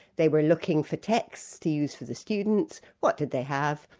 they were looking for texts to use for the students, what did they have?